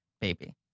baby